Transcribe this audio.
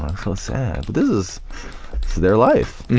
um so sad. but this is their life,